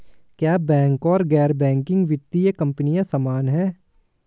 क्या बैंक और गैर बैंकिंग वित्तीय कंपनियां समान हैं?